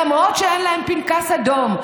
למרות שאין להם פנקס אדום,